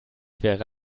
wäre